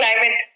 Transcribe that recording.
Climate